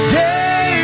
day